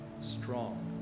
strong